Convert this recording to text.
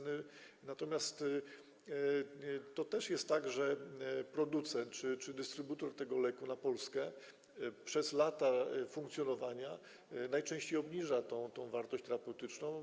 Natomiast też jest tak, że producent czy dystrybutor tego leku na Polskę przez lata funkcjonowania najczęściej obniża tę wartość terapeutyczną.